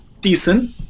decent